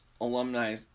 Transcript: alumni